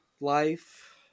life